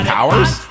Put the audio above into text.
Powers